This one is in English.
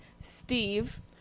Steve